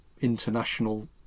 international